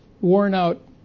worn-out